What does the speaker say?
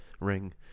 ring